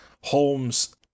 holmes